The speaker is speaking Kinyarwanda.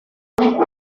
akaba